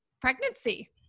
pregnancy